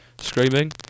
screaming